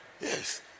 Yes